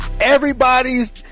everybody's